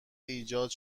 ایجاد